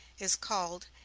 is called,